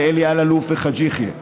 אלי אלאלוף וחאג' יחיא,